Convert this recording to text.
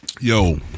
Yo